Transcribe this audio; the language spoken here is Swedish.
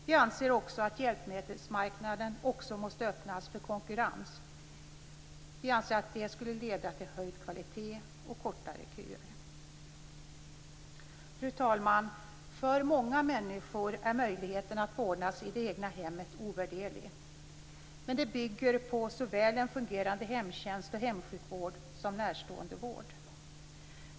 Vi anser också att hjälpmedelsmarknaden måste öppnas för konkurrens. Vi anser att det skulle leda till höjd kvalitet och kortare köer. Fru talman! För många människor är möjligheten att få vårdas i det egna hemmet ovärderlig. Men detta bygger på såväl en fungerande hemtjänst och hemsjukvård som närståendevård.